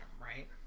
right